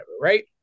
right